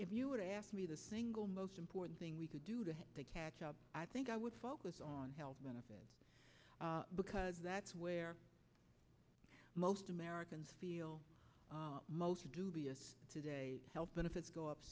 if you were to ask me the single most important thing we could do to catch up i think i would focus on health benefit because that's where most americans feel most dubious today health benefits go up